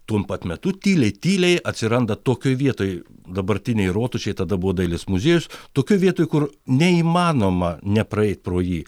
tuom pat metu tyliai tyliai atsiranda tokioj vietoj dabartinėje rotušėje tada buvo dailės muziejus tokioj vietoj kur neįmanoma nepraeit pro jį